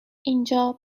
اینجا